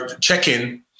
check-in